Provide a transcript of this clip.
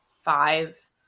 five